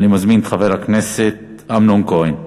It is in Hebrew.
אני מזמין את חבר הכנסת אמנון כהן.